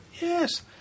Yes